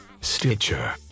Stitcher